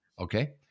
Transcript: okay